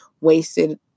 wasted